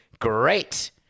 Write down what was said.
great